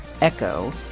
Echo